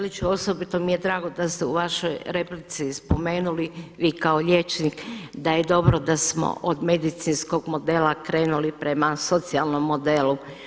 Kolega Ćelić osobito mi je drago da ste u vašoj replici spomenuli vi kao liječnik da je dobro da smo od medicinskog modela krenuli prema socijalnom modelu.